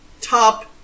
top